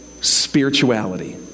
spirituality